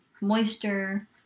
moisture